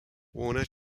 warner